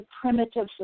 primitive